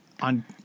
on